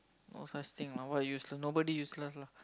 no such thing lah what useless nobody useless lah